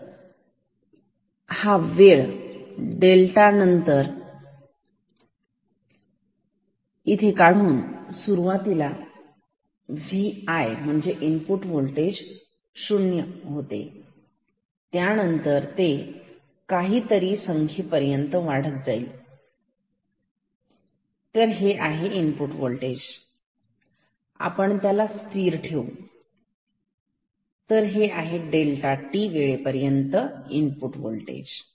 तर या वेळ डेल्टा t नंतर आपण इथे काढून सुरुवातीला Vi शून्य होते त्यानंतर ते काहीतरी संख्या पर्यंत वाढत गेली तर हे आहे Vi आणि आपण स्थिर ठेवू तर हे आहे डेल्टा t वेळेसाठी चे Vi